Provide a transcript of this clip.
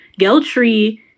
Geltree